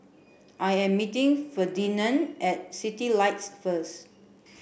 I am meeting Ferdinand at Citylights first